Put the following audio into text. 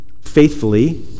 faithfully